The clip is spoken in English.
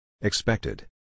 Expected